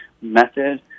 method